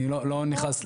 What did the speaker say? אני לא נכנס.